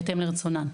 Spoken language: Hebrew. בהתאם לרצונן.